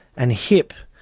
and hip.